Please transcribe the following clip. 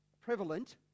prevalent